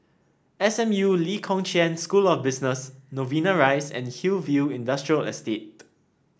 S M U Lee Kong Chian School of Business Novena Rise and Hillview Industrial Estate